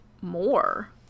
more